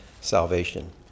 salvation